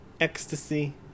ecstasy